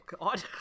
God